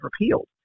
repealed